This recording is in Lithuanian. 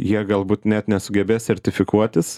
jie galbūt net nesugebės sertifikuotis